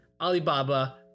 Alibaba